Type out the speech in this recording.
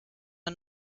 der